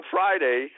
Friday